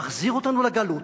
מחזיר אותנו לגלות,